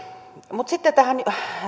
mutta sitten tähän